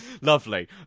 lovely